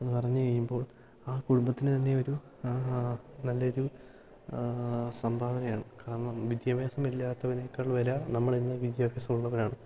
എന്നു പറഞ്ഞു കഴിയുമ്പോൾ ആ കുടുംബത്തിനു തന്നെ ഒരു നല്ലൊരു സംഭാവനയാണ് കാരണം വിദ്യാഭ്യാസമില്ലാത്തവനേക്കൾ വില നമ്മളിന്നു വിദ്യാഭ്യാസം ഉള്ളവനാണ്